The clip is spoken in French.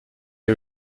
est